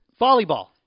Volleyball